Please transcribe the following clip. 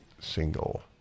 single